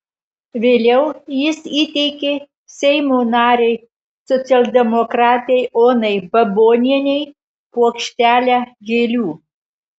vėliau jis įteikė seimo narei socialdemokratei onai babonienei puokštelę gėlių